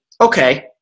okay